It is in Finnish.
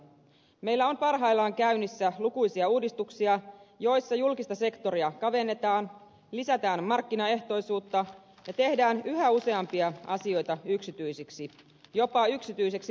meillä on parhaillaan käynnissä lukuisia uudistuksia joissa julkista sektoria kavennetaan lisätään markkinaehtoisuutta ja tehdään yhä useampia asioita yksityisiksi jopa yksityiseksi tilaksi